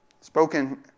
Spoken